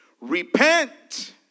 repent